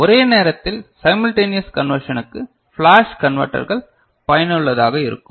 ஒரே நேரத்தில் சைமல்டென்னியஸ் கண்வர்ஷனுக்கு ஃபிளாஷ் கண்வெர்டேர்கள் பயனுள்ளதாக இருக்கும்